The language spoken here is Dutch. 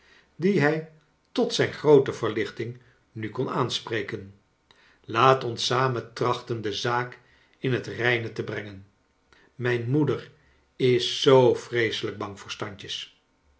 dien hij tot zijn groote verlichting nu kon aanspreken laat ons samen trachten de zaak in het reine te brengen mijn moeder is zoo vreeselijk bang voor standjes